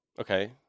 Okay